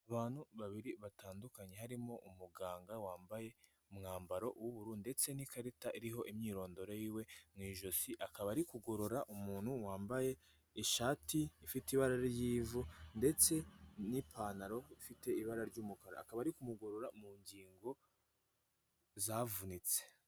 Abantu babiri batandukanye, harimo umuganga wambaye umwambaro w'ubururu, ndetse n'ikarita iriho imyirondoro y'iwe mu ijosi, akaba ari kugorora umuntu wambaye ishati ifite ibara ry'ivu, ndetse n'ipantaro ifite ibara ry'umukara, akaba ari kumugorora mu ngingo zavunitse.